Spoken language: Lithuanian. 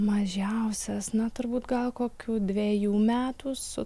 mažiausias na turbūt gal kokių dvejų metų su